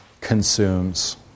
consumes